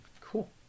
Cool